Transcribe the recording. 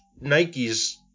Nike's